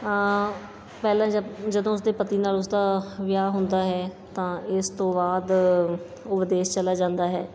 ਪਹਿਲਾਂ ਜਦ ਜਦੋਂ ਉਸ ਦੇ ਪਤੀ ਨਾਲ ਉਸ ਦਾ ਵਿਆਹ ਹੁੰਦਾ ਹੈ ਤਾਂ ਇਸ ਤੋਂ ਬਾਅਦ ਉਹ ਵਿਦੇਸ਼ ਚਲਾ ਜਾਂਦਾ ਹੈ